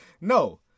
No